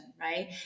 right